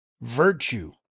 virtue